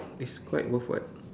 it's quite worth [what]